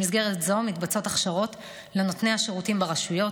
במסגרת זו מתבצעות הכשרות לנותני השירותים ברשויות,